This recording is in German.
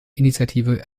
initiative